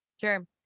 Sure